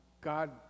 God